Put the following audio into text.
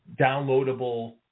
downloadable